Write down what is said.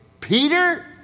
Peter